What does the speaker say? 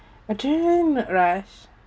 adrenaline rush